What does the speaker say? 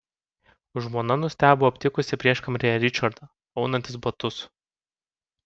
žmona nustebo aptikusi prieškambaryje ričardą aunantis batus